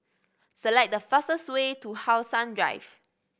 select the fastest way to How Sun Drive